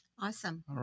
Awesome